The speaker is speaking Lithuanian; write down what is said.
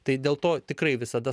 tai dėl to tikrai visada